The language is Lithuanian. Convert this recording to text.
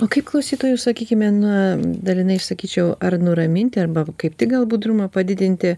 o kaip klausytojui sakykime na dalinai aš sakyčiau ar nuraminti arba kaip tik gal budrumą padidinti